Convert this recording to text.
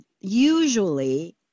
usually